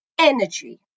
Energy